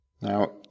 Now